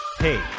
Hey